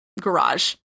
garage